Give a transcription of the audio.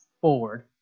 forward